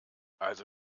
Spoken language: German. also